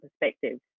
perspective